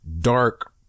dark